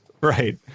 Right